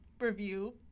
review